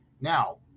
Now